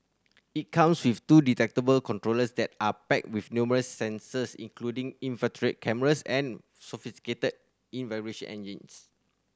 it comes with two detachable controllers that are packed with numerous sensors including infrared cameras and sophisticated in vibration